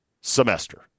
semester